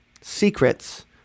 secrets